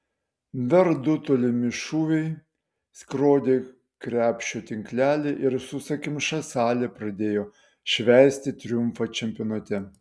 dar du tolimi šūviai skrodė krepšio tinklelį ir sausakimša salė pradėjo švęsti triumfą čempionate